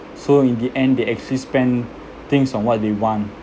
so in the end they actually spend things on what they want